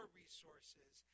resources